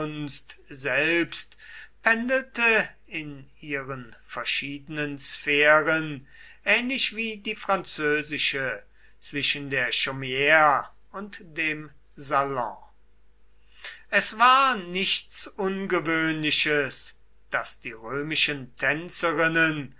selbst pendelte in ihren verschiedenen sphären ähnlich wie die französische zwischen der chaumire und dem salon es war nichts ungewöhnliches daß die römischen tänzerinnen